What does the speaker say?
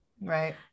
Right